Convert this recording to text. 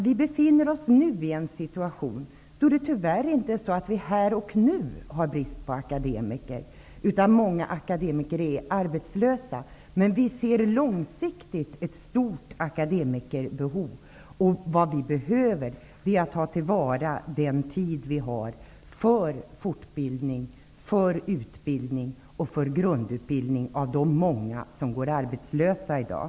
Vi befinner oss i en situation då det tyvärr inte här och nu är brist på akademiker, utan många akademiker är arbetslösa. Vi ser långsiktigt ett stort behov av akademiker. Vad vi behöver är att ta till vara den tid som vi har för fortbildning, utbildning och för grundutbildning av de många som går arbetslösa i dag.